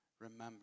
remember